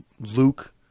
Luke